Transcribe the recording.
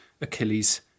Achilles